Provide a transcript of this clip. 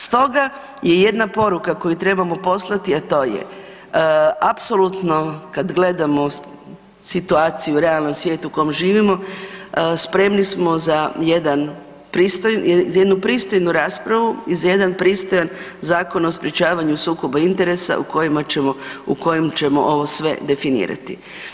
Stoga je jedna poruka koju trebamo poslati a to je apsolutno kad gledamo situaciju, realan svijet u kom živimo, spremni smo za jednu pristojnu raspravu i za jedan pristojan Zakon o sprječavanju sukoba interesa u kojim ćemo ovo sve definirati.